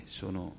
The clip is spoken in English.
sono